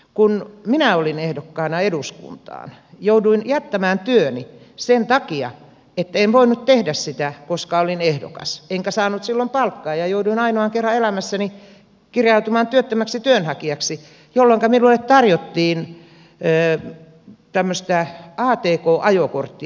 kun minä olin ehdokkaana eduskuntaan jouduin jättämään työni sen takia että en voinut tehdä sitä koska olin ehdokas enkä saanut silloin palkkaa ja jouduin ainoan kerran elämässäni kirjautumaan työttömäksi työnhakijaksi jolloinka minulle tarjottiin tämmöistä atk ajokorttia